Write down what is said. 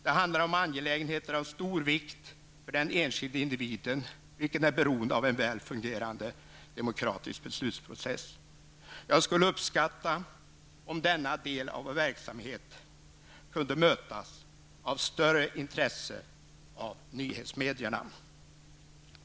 Det handlar om angelägenheter av stor vikt för den enskilde individen, vilken är beroende av en väl fungerande demokratisk beslutsprocess. Jag skulle uppskatta om denna del av vår verksamhet kunde mötas av större intresse från nyhetsmedierna.